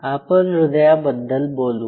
आपण ह्रदयाबद्दल बोलू